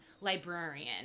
librarian